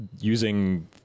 using